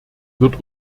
wird